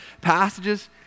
passages